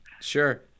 Sure